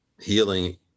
healing